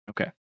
okay